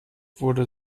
wurde